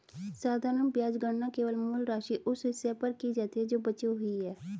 साधारण ब्याज गणना केवल मूल राशि, उस हिस्से पर की जाती है जो बची हुई है